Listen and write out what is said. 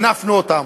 הנפנו אותם,